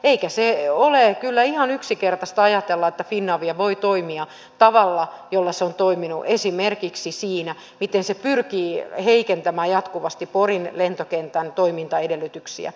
eikä ole kyllä ihan yksinkertaista ajatella että finavia voi toimia tavalla jolla se on toiminut esimerkiksi siinä miten se pyrkii heikentämään jatkuvasti porin lentokentän toimintaedellytyksiä